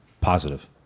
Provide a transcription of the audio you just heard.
positive